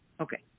Okay